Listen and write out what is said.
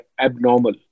abnormal